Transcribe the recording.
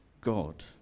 God